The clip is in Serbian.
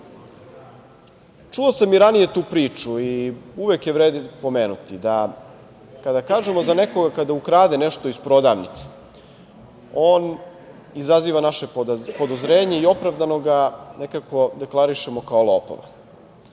sam i ranije tu priču i uvek je vredi pomenuti, da kada kažemo za nekoga kada ukrade nešto iz prodavnice on izaziva naše podozrenje i opravdano ga deklarišemo kao lopova,